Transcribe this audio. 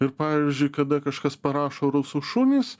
ir pavyzdžiui kada kažkas parašo rusų šunys